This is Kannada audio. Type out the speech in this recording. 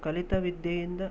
ಕಲಿತ ವಿದ್ಯೆಯಿಂದ